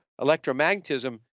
electromagnetism